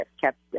kept